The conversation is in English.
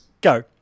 Go